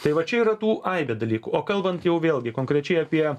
tai vat čia yra tų aibė dalykų o kalbant jau vėlgi konkrečiai apie